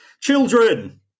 children